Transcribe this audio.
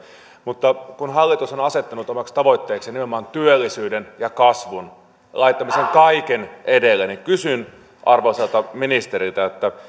mutta kun hallitus on on asettanut omaksi tavoitteekseen nimenomaan työllisyyden ja kasvun laittanut sen kaiken edelle niin kysyn arvoisalta ministeriltä